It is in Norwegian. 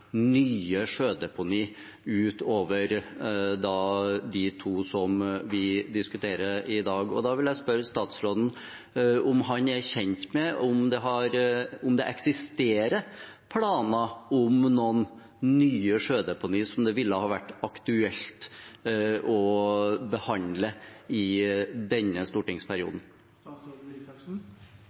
nye sjødeponier utover de to vi diskuterer i dag. Da vil jeg spørre statsråden om han er kjent med om det eksisterer planer om noen nye sjødeponier som det ville ha vært aktuelt å behandle i denne stortingsperioden.